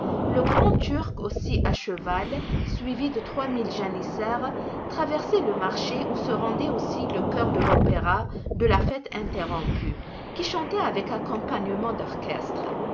le grand turc aussi à cheval suivi de trois mille janissaires traversait le marché où se rendait aussi le chœur de l'opéra de la fête interrompue qui chantait avec accompagnement d'orchestre